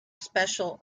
special